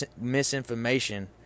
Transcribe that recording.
misinformation